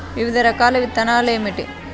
వివిధ రకాల విత్తనాలు ఏమిటి?